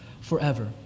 forever